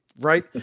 right